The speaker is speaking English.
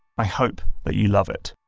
i hope that you love it.